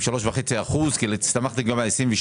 שלקחתם בחשבון 3.5% כי הסתמכתם גם על 22